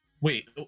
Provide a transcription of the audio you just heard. Wait